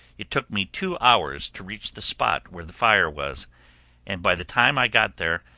it took me two hours to reach the spot where the fire was and by the time i got there,